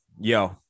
yo